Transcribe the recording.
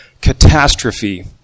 catastrophe